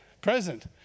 Present